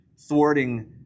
thwarting